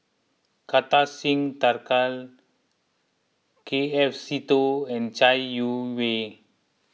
Kartar Singh Thakral K F Seetoh and Chai Yee Wei